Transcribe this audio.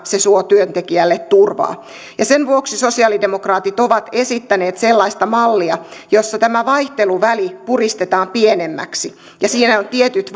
se suo työntekijälle turvaa sen vuoksi sosiaalidemokraatit ovat esittäneet sellaista mallia jossa tämä vaihteluväli puristetaan pienemmäksi ja siinä on tietyt